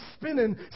spinning